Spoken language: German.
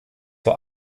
vor